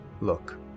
Look